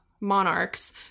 monarchs